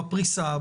בפריסה,